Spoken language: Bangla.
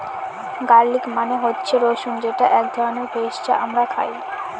গার্লিক মানে হচ্ছে রসুন যেটা এক ধরনের ভেষজ যা আমরা খাই